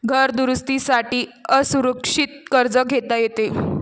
घर दुरुस्ती साठी असुरक्षित कर्ज घेता येते